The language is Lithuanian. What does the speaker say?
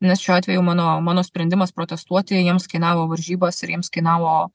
nes šiuo atveju mano mano sprendimas protestuoti jiems kainavo varžybas ir jiems kainavo